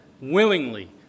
willingly